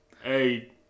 hey